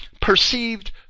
perceived